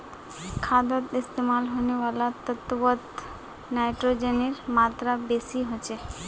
खादोत इस्तेमाल होने वाला तत्वोत नाइट्रोजनेर मात्रा बेसी होचे